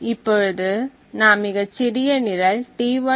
இப்பொழுது நாம் மிகச் சிறிய நிரல் T1